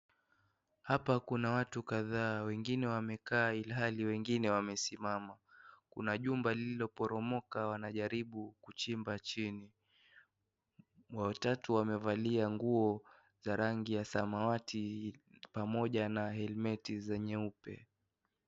Hapa kuna watu kadhaa. Wengine wamekaa ilhali wengine wamesimama. Kuna chumba lililoporomoka, wanajaribu kuchimba chini. Watatu wamevalia nguo za rangi ya samawati pamoja na helimeti zenyeupe.